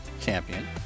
champion